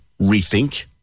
rethink